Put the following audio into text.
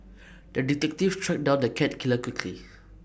the detective tracked down the cat killer quickly